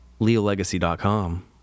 LeoLegacy.com